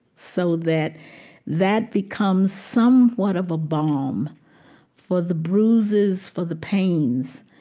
so that that becomes somewhat of a balm for the bruises, for the pains,